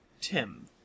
Tim